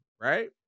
Right